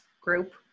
group